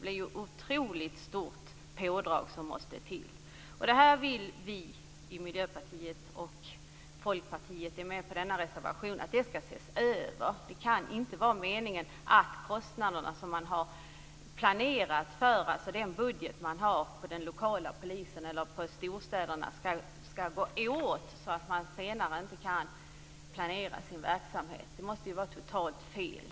Det måste till ett otroligt stort pådrag. Vi i Miljöpartiet och Folkpartiet, som är med på den här reservationen, vill att det här skall ses över. Det kan inte vara meningen att de resurser som den lokala polisen eller polisen i storstäderna har skall gå åt till detta, så att man senare inte kan planera sin verksamhet. Det måste vara totalt fel.